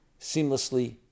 seamlessly